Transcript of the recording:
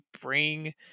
bring